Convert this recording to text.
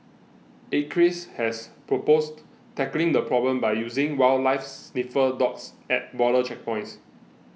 acres has proposed tackling the problem by using wildlife sniffer dogs at border checkpoints